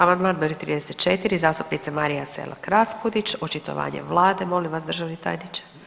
Amandman broj 34. zastupnica Marija Selak Raspudić očitovanje Vlade, molim vas državni tajniče.